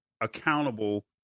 accountable